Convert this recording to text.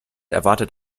erwartet